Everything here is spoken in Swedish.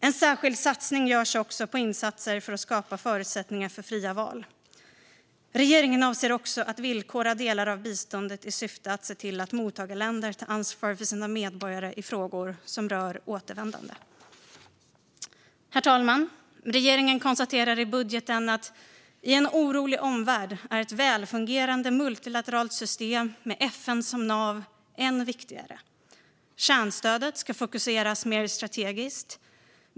En särskild satsning görs också på insatser för att skapa förutsättningar för fria val. Regeringen avser även att villkora delar av biståndet i syfte att se till att mottagarländer tar ansvar för sina medborgare i frågor som rör återvändande. Herr talman! Regeringen konstaterar i budgeten att ett välfungerande multilateralt system med FN som nav är än viktigare i en orolig omvärld. Kärnstödet ska fokuseras mer strategiskt.